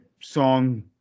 song